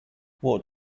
what